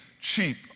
cheap